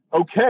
okay